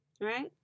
right